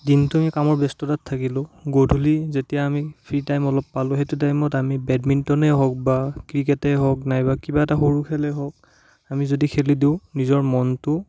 দিনটো আমি কামৰ ব্যস্ততাত থাকিলোঁ গধূলি যেতিয়া আমি ফ্ৰী টাইম অলপ পালোঁ সেইটো টাইমত আমি বেডমিণ্টনেই হওক বা ক্ৰিকেটেই হওক নাইবা কিবা এটা সৰু খেলেই হওক আমি যদি খেলি দিওঁ নিজৰ মনটো